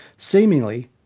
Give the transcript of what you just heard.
seemingly,